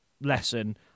lesson